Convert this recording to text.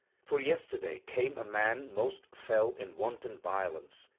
for yesterday came a man most fell in wanton violence,